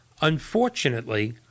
Unfortunately